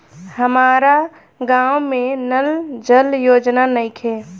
हमारा गाँव मे नल जल योजना नइखे?